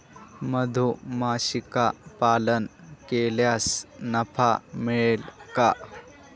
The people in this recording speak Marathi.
मधुमक्षिका पालन केल्यास नफा मिळेल का?